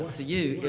to you. yeah